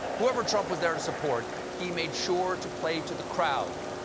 whoever trump was there to support, he made sure to play to the crowd.